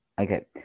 Okay